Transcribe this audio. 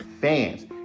fans